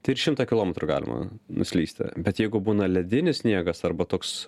tai ir šimtą kilometrų galima nuslysti bet jeigu būna ledinis sniegas arba toks